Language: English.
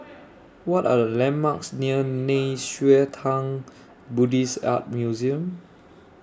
What Are The landmarks near Nei Xue Tang Buddhist Art Museum